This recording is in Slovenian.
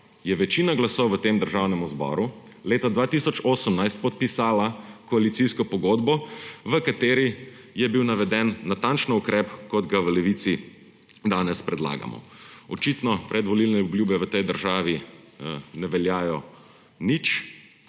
je večina glasov v Državnem zboru leta 2018 podpisala koalicijsko pogodbo, v kateri je bil naveden natančno takšen ukrep, kot ga v Levici danes predlagamo. Očitno predvolilne obljube v tej državi ne veljajo nič.